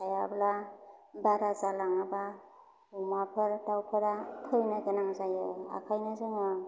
हायाब्ला बारा जालाङोबा अमाफोर दावफोरा थैनो गोनां जायो आखायनो जोङो